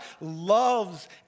loves